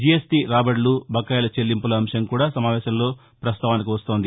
GST రాబడులు బకాయిల చెల్లింపుల అంశం కూడా సమావేశంలో ప్రస్తావనకు వస్తోంది